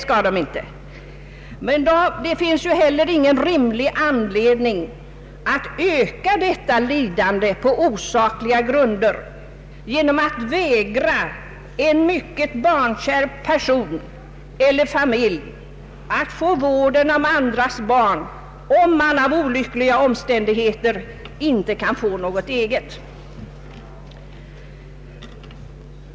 Men det finns ju heller ingen rimlig anledning att öka detta lidande på osakliga grunder genom att vägra en mycket barnkär person eller familj att få vården om andras barn när man på grund av olyck liga omständigheter inte kan få något eget.